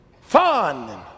Fun